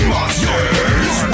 Monsters